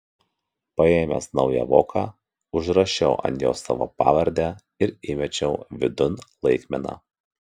paėmęs naują voką užrašiau ant jo savo pavardę ir įmečiau vidun laikmeną